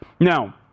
Now